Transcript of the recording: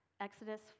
Exodus